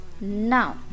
now